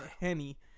Henny